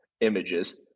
images